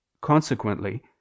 consequently